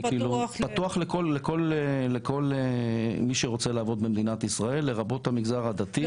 זה פתוח לכל מי שרוצה לעבוד במדינת ישראל לרבות המגזר הדתי.